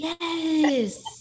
Yes